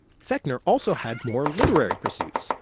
fechner also had more literary pursuits,